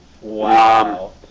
Wow